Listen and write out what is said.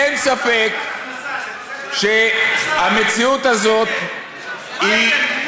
אין ספק שהמציאות הזאת מציינת,